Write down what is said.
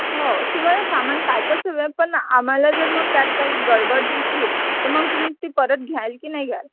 हो तुम्हाला सामान पॅकच हवे आहे पण आम्हाला जर मग त्यात काही गडबड दिसली तर मग तुम्ही ती परत घ्याल की नाही घ्याल